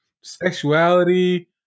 sexuality